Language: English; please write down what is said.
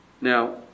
Now